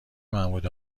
محمود